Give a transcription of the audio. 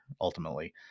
ultimately